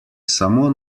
samo